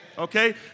Okay